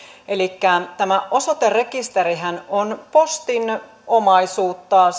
tämä osoiterekisterihän on postin omaisuutta ja